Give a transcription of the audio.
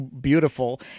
beautiful